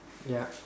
ya